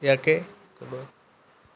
ইয়াকে ক'লোঁ